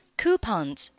coupons